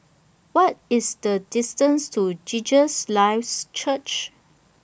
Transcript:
What IS The distance to Jesus Lives Church